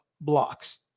blocks